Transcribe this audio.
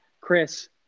Chris